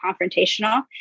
confrontational